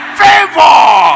favor